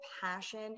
passion